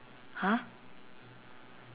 !huh!